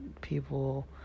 people